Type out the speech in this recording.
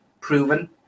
proven